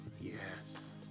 Yes